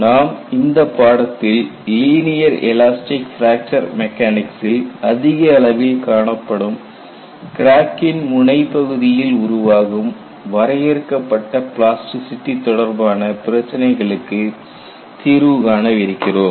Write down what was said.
நாம் இந்தப் பாடத்தில் லீனியர் எலாஸ்டிக் பிராக்சர் மெக்கானிக்சில் அதிக அளவில் காணப்படும் கிராக்கின் முனை பகுதியில் உருவாகும் வரையறுக்கப்பட்ட பிளாஸ்டிசிட்டி தொடர்பான பிரச்சனைகளுக்கு தீர்வு காணவிருக்கிறோம்